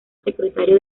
secretario